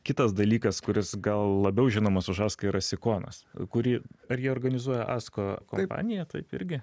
kitas dalykas kuris gal labiau žinomas už aską yra sikonas kurį ar jį organizuoja asko kompanija taip irgi